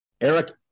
Eric